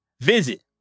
visit